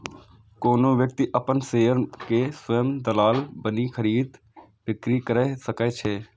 कोनो व्यक्ति अपन शेयर के स्वयं दलाल बनि खरीद, बिक्री कैर सकै छै